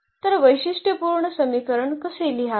तर वैशिष्ट्यपूर्ण समीकरण कसे लिहावे